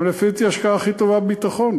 הן לפי דעתי ההשקעה הכי טובה בביטחון,